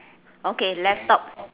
okay left top